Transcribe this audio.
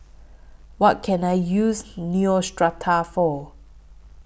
What Can I use Neostrata For